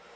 case